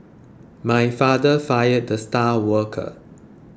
my father fired the star worker